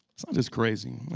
it's not just crazy,